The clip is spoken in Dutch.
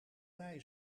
bij